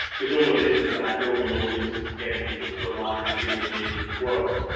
cause all of this is about building audiences and getting people to align with your view of the world.